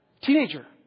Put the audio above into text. teenager